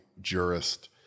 jurist